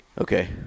Okay